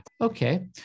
Okay